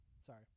Sorry